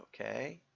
Okay